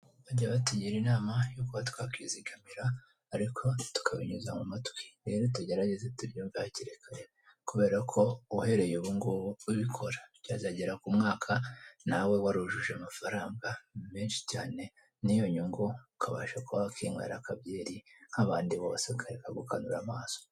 Bajyaga batugira inama yo kuba twakizigamira ariko tukabinyuza mu matwi. Rero nitugerageza tubyumve hakiri kare kubera ko uhereye ubu ngubu ubikora, byazagera ku mwaka nawe warujuje amafaranga menshi cyane n'iyo nyungu ukabasha kuba wakwinywera akabyeri nk'abandi bose ukareka gukanura amaso.